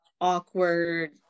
awkward